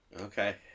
Okay